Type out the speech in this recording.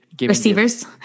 Receivers